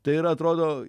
tai yra atrodo